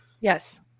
Yes